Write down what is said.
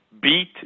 beat